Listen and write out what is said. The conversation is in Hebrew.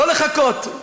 לא לחכות,